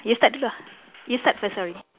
you start dulu ah you start first sorry